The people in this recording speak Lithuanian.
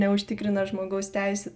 neužtikrina žmogaus teisių